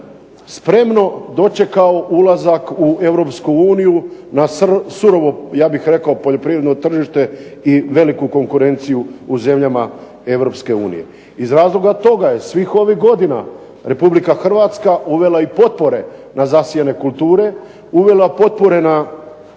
spremno dočekao ulazak u Europsku uniju na surovo, ja bih rekao, poljoprivredno tržište i veliku konkurenciju u zemljama Europske unije. Iz razloga toga je svih ovih godina Republika Hrvatska uvela i potpore na zasijane kulture, uvela potpore na